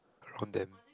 around them